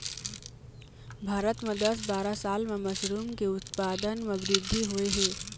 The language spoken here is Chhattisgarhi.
भारत म दस बारा साल म मसरूम के उत्पादन म बृद्धि होय हे